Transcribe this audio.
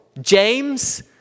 James